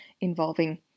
involving